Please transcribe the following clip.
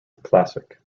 classic